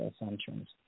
assumptions